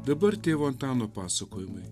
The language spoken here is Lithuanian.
dabar tėvo antano pasakojimai